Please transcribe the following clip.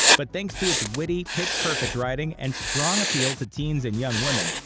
but thanks to its witty, pitch-perfect writing and strong appeal to teens and young women,